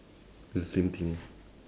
it's the same thing